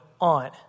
on